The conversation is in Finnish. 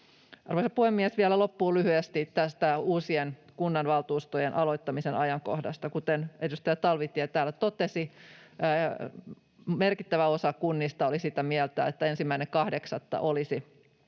Arvoisa puhemies! Vielä loppuun lyhyesti uusien kunnanvaltuustojen aloittamisen ajankohdasta. Kuten edustaja Talvitie täällä totesi, merkittävä osa kunnista oli sitä mieltä, että 1.8. olisi